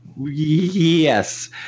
yes